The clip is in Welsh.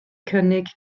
cynnig